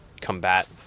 combat